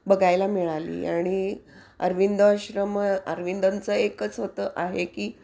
बघायला मिळाली आणि अरविंदो आश्रम अरविंदोंचं एकच होतं आहे की